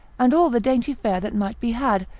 and all the dainty fare that might be had,